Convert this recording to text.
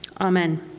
Amen